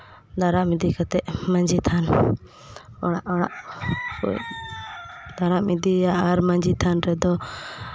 ᱫᱟᱨᱟᱢ ᱤᱫᱤ ᱠᱟᱛᱮ ᱢᱟᱺᱡᱷᱤ ᱛᱷᱟᱱ ᱚᱲᱟᱜ ᱚᱲᱟᱜ ᱠᱚ ᱫᱟᱨᱟᱢ ᱤᱫᱤᱭᱮᱭᱟ ᱟᱨ ᱢᱟᱺᱡᱷᱤ ᱛᱷᱟᱱ ᱨᱮᱫᱚ